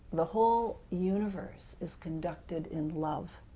the whole universe is conducted in love,